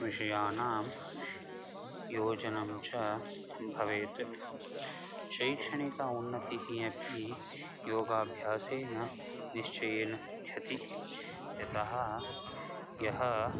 विषयानां योजनं च भवेत् शैक्षणिक उन्नतिः अपि योगाभ्यासेन निश्चयेन सिध्यति यतः यः